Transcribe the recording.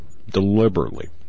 deliberately